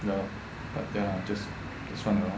no !wahpiang! I'll just just run around